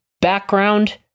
background